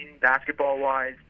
basketball-wise